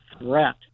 threat